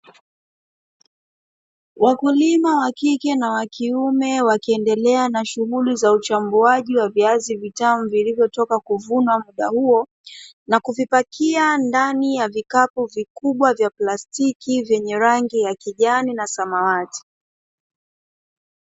wakulima wa kike na wakiume, wakiendelea na shughuli za uchambuzi wa viazi vitamu, vilivyoitoka kuvunwa muda huo na kuvipakia ndani ya vikapu vikubwa vya plastiki ya kijani na samawati